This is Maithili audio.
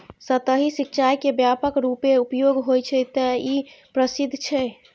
सतही सिंचाइ के व्यापक रूपें उपयोग होइ छै, तें ई प्रसिद्ध छै